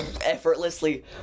effortlessly